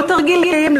לא תרגילים,